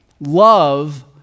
love